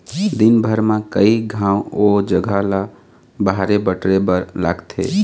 दिनभर म कइ घांव ओ जघा ल बाहरे बटरे बर लागथे